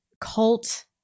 cult